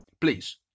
Please